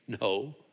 No